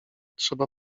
trzeba